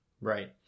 Right